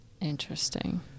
Interesting